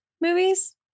movies